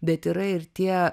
bet yra ir tie